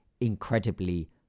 incredibly